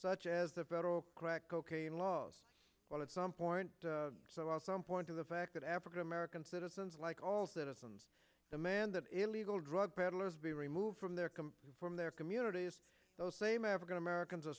such as the federal crack cocaine laws while at some point so while some point to the fact that african american citizens like all citizens demand that illegal drug peddlers be removed from their come from their communities those same african americans are